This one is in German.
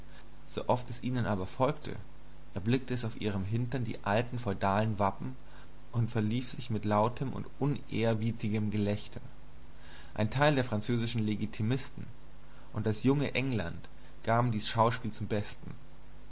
versammeln sooft es ihnen aber folgte erblickte es auf ihrem hintern die alten feudalen wappen und verlief sich mit lautem und unehrerbietigem gelächter ein teil der französischen legitimisten und das junge england gaben dies schauspiel zum besten